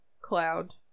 cloud